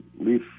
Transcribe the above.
leaf